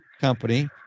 company